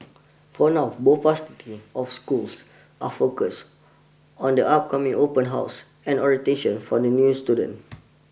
for now both pairs of schools are focused on the upcoming open houses and orientation for the new students